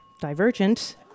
Divergent